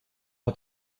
hat